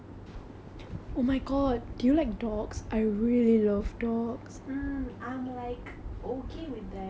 hmm I'm like okay with them I like to play with them and all but I just don't like their saliva